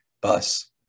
bus